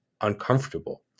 uncomfortable